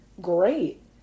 great